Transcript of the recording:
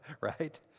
right